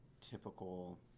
typical